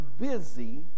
busy